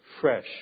Fresh